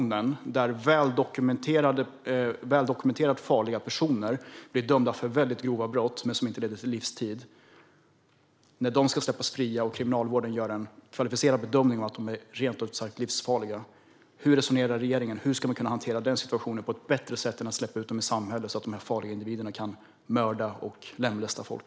När väldokumenterat farliga personer som blivit dömda för väldigt grova brott, dock ej till livstid, ska släppas fria och Kriminalvården gör en kvalificerad bedömning att de rent ut sagt är livsfarliga - hur resonerar regeringen? Hur ska man kunna hantera den situationen på ett bättre sätt än att släppa ut dem i samhället så att dessa farliga individer kan mörda och lemlästa folk?